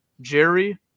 Jerry